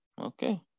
Okay